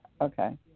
Okay